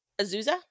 Azusa